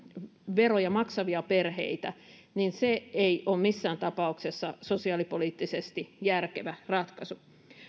veroja maksavia perheitä hyödyttäviä verouudistuksia niin se ole missään tapauksessa sosiaalipoliittisesti järkevä ratkaisu